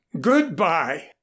Goodbye